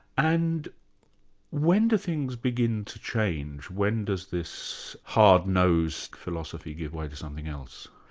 and when do things begin to change? when does this hard-nosed philosophy give way to something else?